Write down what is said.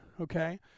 okay